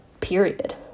period